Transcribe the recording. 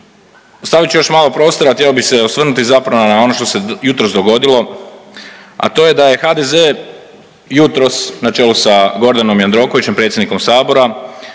Ostavit ću još malo prostora, htio bih se osvrnuti zapravo na ono što se jutros dogodilo, a to je da je HDZ jutros na čelu sa Gordanom Jandrokovićem, predsjednikom Sabora